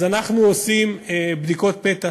אז אנחנו עושים בדיקות פתע